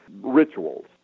rituals